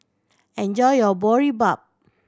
enjoy your Boribap